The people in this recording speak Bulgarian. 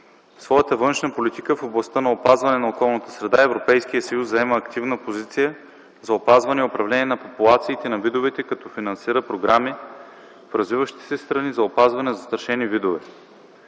своята външна политика в областта на опазване на околната среда Европейският съюз заема активна позиция за опазване и управление на популациите на видовете, като финансира програми в развиващите се страни за опазване на застрашени видове.